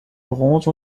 bronze